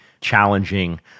challenging